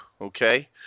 okay